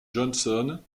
johnson